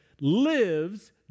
lives